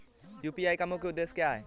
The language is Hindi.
यू.पी.आई का मुख्य उद्देश्य क्या है?